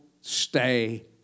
stay